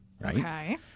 Right